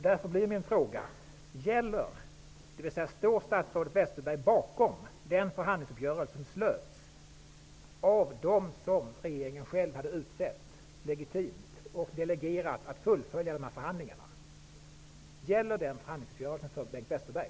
Därför blir min fråga: Står statsrådet Westerberg bakom den förhandlingsuppgörelse som slöts av dem som regeringen själv legitimt hade utsett, till vilka man delegerade att fullfölja de här förhandlingarna? Gäller den förhandlingsuppgörelsen för Bengt Westerberg?